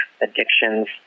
addictions